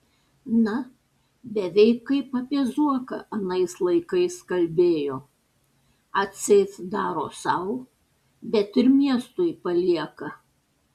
na beveik kaip apie zuoką anais laikais kalbėjo atseit daro sau bet ir miestui palieka